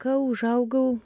kai užaugau